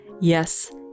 Yes